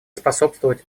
способствовать